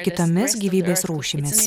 kitomis gyvybės rūšimis